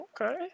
Okay